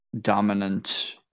dominant